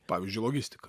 pavyzdžiui logistika